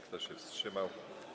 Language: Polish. Kto się wstrzymał?